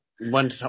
one